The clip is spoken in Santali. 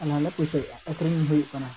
ᱞᱟᱦᱟ ᱞᱮ ᱯᱩᱭᱥᱟᱹᱭᱮᱜᱼᱟ ᱟᱹᱠᱷᱨᱤᱧ ᱦᱩᱭᱩᱜ ᱠᱟᱱᱟ